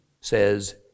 says